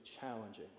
challenging